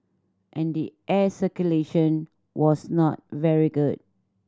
and the air circulation was not very good